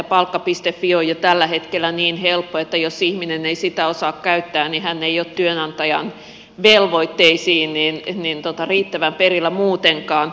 fi on jo tällä hetkellä niin helppo että jos ihminen ei sitä osaa käyttää niin hän ei ole työnantajan velvoitteista riittävän perillä muutenkaan